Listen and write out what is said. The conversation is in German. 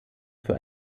für